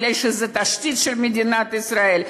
כי זו התשתית של מדינת ישראל.